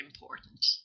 important